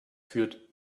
führt